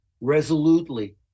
resolutely